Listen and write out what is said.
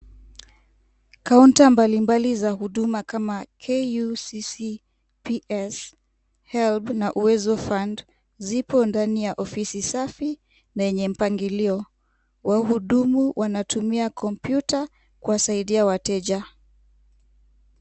Kaunta mbalimbali za huduma kama KUCCPS , Helb na Uwezo Fund zipo ndani ya ofisi safi na yenye mpangilio wahudumu wanatumia computer kuwasaidia wateja.